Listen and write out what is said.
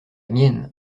mienne